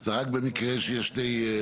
זה רק במקרה שיש שניים.